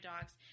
dogs